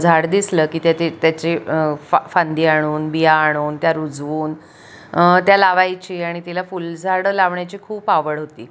झाड दिसलं की त्या ते त्याची फा फांदी आणून बिया आणून त्या रुजवून त्या लावायची आणि तिला फुलझाडं लावण्याची खूप आवड होती